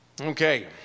Okay